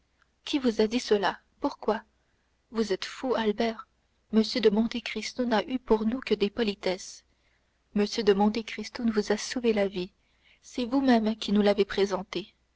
qui vous a dit cela pourquoi vous êtes fou albert m de monte cristo n'a eu pour nous que des politesses m de monte cristo vous a sauvé la vie c'est vous-même qui nous l'avez présenté